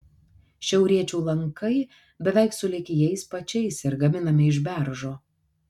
šiauriečių lankai beveik sulig jais pačiais ir gaminami iš beržo